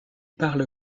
parle